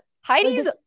Heidi's